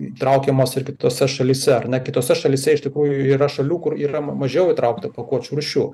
įtraukiamos ir kitose šalyse ar ne kitose šalyse iš tikrųjų yra šalių kur yra mažiau įtraukta pakuočių rūšių